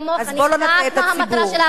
אני יודעת מה המטרה של החוק.